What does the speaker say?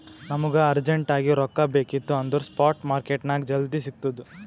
ನಮುಗ ಅರ್ಜೆಂಟ್ ಆಗಿ ರೊಕ್ಕಾ ಬೇಕಿತ್ತು ಅಂದುರ್ ಸ್ಪಾಟ್ ಮಾರ್ಕೆಟ್ನಾಗ್ ಜಲ್ದಿ ಸಿಕ್ತುದ್